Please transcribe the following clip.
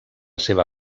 seva